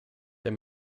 der